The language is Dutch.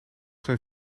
zijn